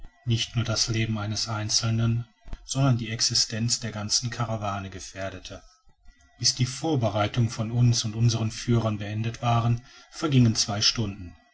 nicht nur das leben eines einzelnen sondern die existenz der ganzen karawane gefährdete bis die vorbereitungen von uns und unseren führern beendet waren vergingen zwei stunden